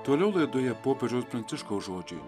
toliau laidoje popiežiaus pranciškaus žodžiai